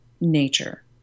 nature